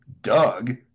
Doug